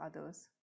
others